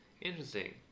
Interesting